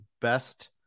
best